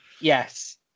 Yes